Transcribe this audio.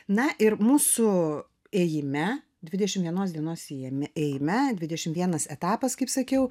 na ir mūsų ėjime dvidešimt vienos dienos ėjime ėjime dvidešimt vienas etapas kaip sakiau